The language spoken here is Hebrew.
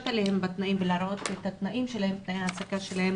עליהן בתנאי ההעסקה שלהן.